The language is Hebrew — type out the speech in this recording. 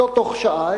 לא בתוך שעה,